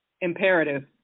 Imperative